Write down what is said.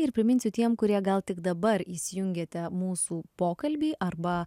ir priminsiu tiem kurie gal tik dabar įsijungėte mūsų pokalbį arba